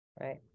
Right